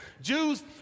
Jews